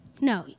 No